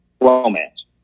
romance